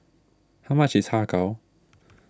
how much is Har Kow